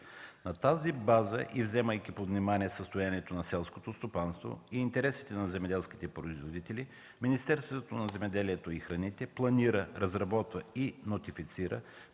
На тази база, вземайки под внимание състоянието на селското стопанство и интересите на земеделските производители, Министерството на земеделието и храните планира, разработва и нотифицира